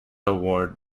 award